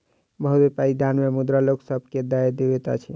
बहुत व्यापारी दान मे मुद्रा लोक सभ के दय दैत अछि